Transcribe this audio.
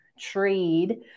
trade